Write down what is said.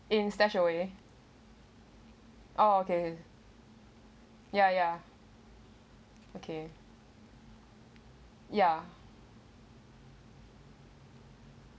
in stashed away oh okay ya ya okay ya